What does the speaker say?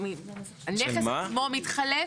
הנכס עצמו מתחלף.